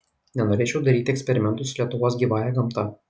nenorėčiau daryti eksperimentų su lietuvos gyvąja gamta